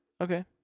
Okay